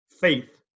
faith